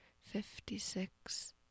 fifty-six